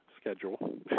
schedule